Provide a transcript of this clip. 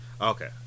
Okay